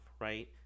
right